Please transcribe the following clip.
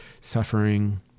suffering